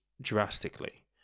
drastically